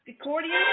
accordion